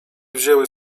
wzięły